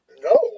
No